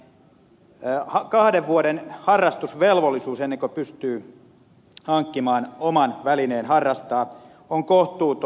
se että on kahden vuoden harrastusvelvollisuus ennen kuin pystyy hankkimaan oman välineen harrastaa on kohtuuton